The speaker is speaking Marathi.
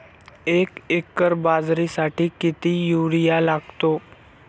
एक एकर बाजरीसाठी किती युरिया लागतो?